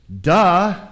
duh